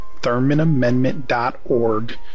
ThurmanAmendment.org